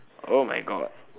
oh my god